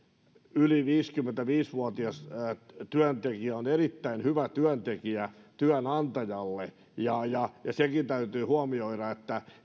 yli viisikymmentäviisi vuotias työntekijä on erittäin hyvä työntekijä työnantajalle ja ja sekin täytyy huomioida että